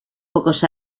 pocos